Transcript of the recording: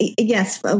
yes